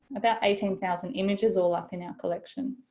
about eighteen thousand images all up in our collection.